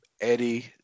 Eddie